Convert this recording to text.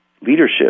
leadership